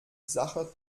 sacher